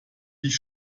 dich